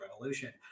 Revolution